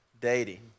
dating